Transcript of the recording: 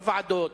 בוועדות,